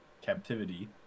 captivity